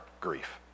grief